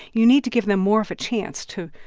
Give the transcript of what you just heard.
you need to give them more of a chance to.